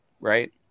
right